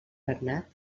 regnat